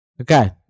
Okay